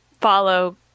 follow